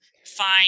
find